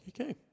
okay